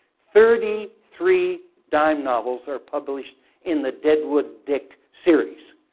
thirty three dime novels are published in the deadwood dick series.